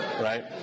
right